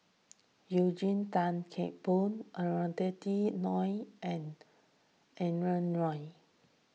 Eugene Tan Kheng Boon Norothy Ng and Adrin Loi